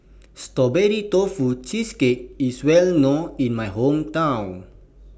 Strawberry Tofu Cheesecake IS Well known in My Hometown